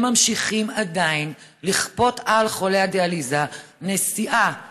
הם ממשיכים עדיין לכפות על חולי הדיאליזה נסיעה באמבולנס,